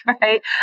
right